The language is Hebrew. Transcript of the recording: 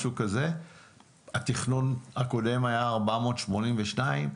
התכנון הקודם היה 482 מיליארד.